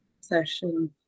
session